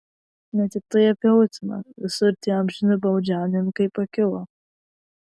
ne tiktai apie uteną visur tie amžini baudžiauninkai pakilo